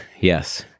Yes